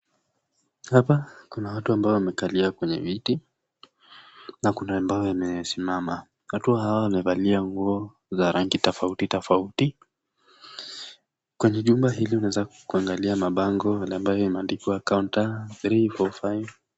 Hapa kuna watu ambao wamekalia kwenye viti na kuna ambao wamesimama. Watu hawa wamevalia nguo za rangi tofautitofauti. Kwenye jumba hili unaweza kuangalia mabango ambayo imeandikwa counter three four five .